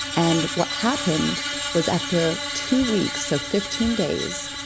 and what happened was after two weeks, so fifteen days,